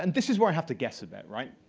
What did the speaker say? and this is where i have to guess a bit. right?